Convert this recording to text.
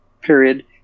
period